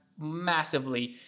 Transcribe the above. massively